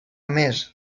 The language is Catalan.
mes